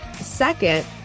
Second